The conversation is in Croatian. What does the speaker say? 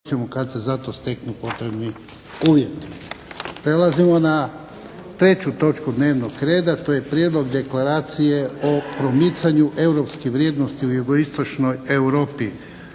**Jarnjak, Ivan (HDZ)** Prelazimo na treću točku dnevnog reda, to je - Prijedlog Deklaracije o promicanju europskih vrijednosti u Jugoistočnoj Europi